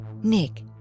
Nick